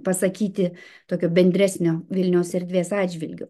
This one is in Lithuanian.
pasakyti tokio bendresnio vilniaus erdvės atžvilgiu